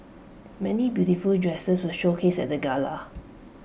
many beautiful dresses were showcased at the gala